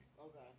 okay